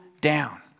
down